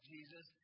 Jesus